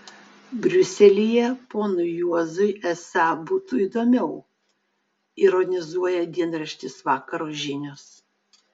briuselyje ponui juozui esą būtų įdomiau ironizuoja dienraštis vakaro žinios